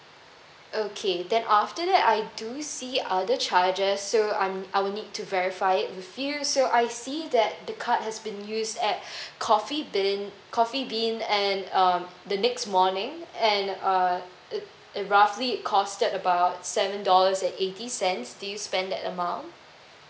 okay then after that I do see other charges so I'm I will need to verify it with you so I see that the card has been used at coffee bean coffee bean and um the next morning and uh roughly it costed about seven dollars and eighty cents do you spend that amount